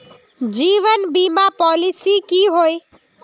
जीवन बीमा पॉलिसी की होय?